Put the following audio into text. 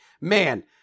man